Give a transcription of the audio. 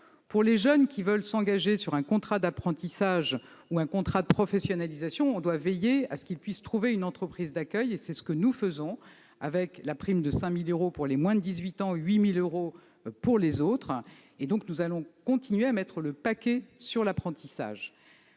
Pour les jeunes souhaitant s'engager sur un contrat d'apprentissage ou un contrat de professionnalisation, nous devons veiller à ce qu'ils puissent trouver une entreprise d'accueil. C'est ce que nous faisons en prévoyant une prime de 5 000 euros pour les moins de 18 ans, 8 000 euros pour les autres. Nous allons donc continuer à mettre le paquet sur l'apprentissage.